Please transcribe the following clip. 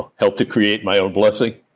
helped to create my own blessing.